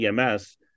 EMS